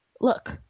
Look